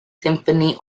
symphony